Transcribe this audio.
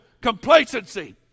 complacency